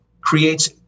creates